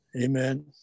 amen